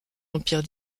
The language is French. empire